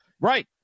right